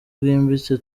bwimbitse